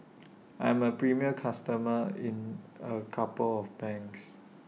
I'm A premium customer in A couple of banks